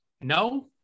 No